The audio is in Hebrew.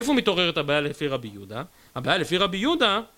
איפה מתעוררת הבעיה לפי רבי יהודה? הבעיה לפי רבי יהודה?